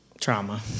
Trauma